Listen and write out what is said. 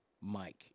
Mike